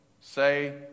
Say